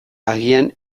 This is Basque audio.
agian